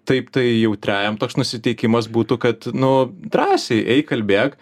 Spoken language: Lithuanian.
taip tai jautriajam toks nusiteikimas būtų kad nu drąsiai eik kalbėk